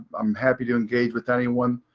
i'm happy to engage with anyone.